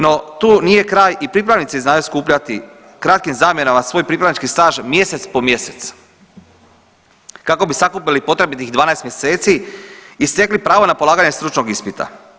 No, tu nije kraj i pripravnici znaju skupljati kratkim zamjenama svoj pripravnički staž mjesec po mjesec kako bi sakupili potrebnih 12 mjeseci i stekli pravo na polaganje stručnog ispita.